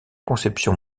conception